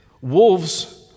Wolves